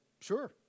Sure